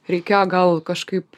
reikėjo gal kažkaip